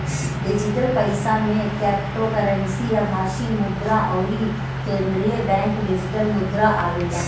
digital पईसा में cryptocurrency, आभासी मुद्रा अउरी केंद्रीय बैंक डिजिटल मुद्रा आवेला